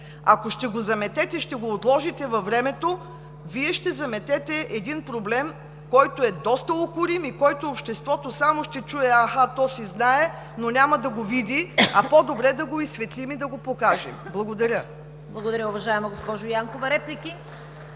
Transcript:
Ако ще го заметете, ще го отложите във времето и ще заметете един проблем, който е доста укорим и който обществото само ще чуе „Аха“. То си знае, но няма да го види, а по-добре е да го изсветлим и да го покажем. Благодаря. (Единични ръкопляскания